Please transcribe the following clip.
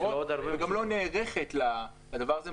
וגם לא נערכת לדבר הזה.